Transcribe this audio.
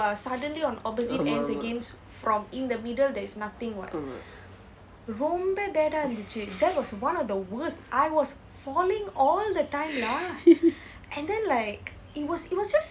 ஆமாம் ஆமாம்:aamaam aamaam